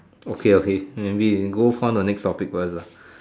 okay okay maybe we go find the next topic first ah